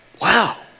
Wow